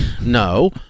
No